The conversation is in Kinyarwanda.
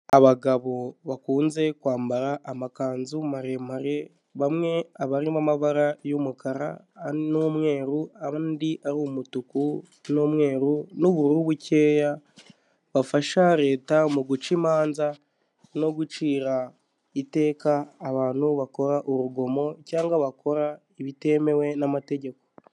Abagabo bakunze kwambara amakanzu maremare bamwe aba arimo amabara y'umukara n'umweru andi ari umutuku n'umweru n'ubururu bukeya, bafasha leta mu guca imanza no gucira iteka abantu bakora urugomo cyangwa bakora ibitemewe n'amategeko.